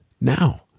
now